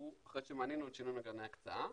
אחרי שמנינו את שינוי מנגנוני ההקצאה,